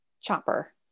Chopper